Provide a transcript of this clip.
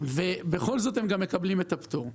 והם בכל זאת מקבלים פטור.